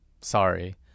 sorry